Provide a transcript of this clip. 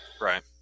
Right